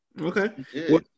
Okay